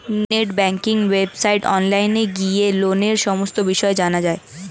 net banking ওয়েবসাইটে online গিয়ে লোনের সমস্ত বিষয় জানা যায়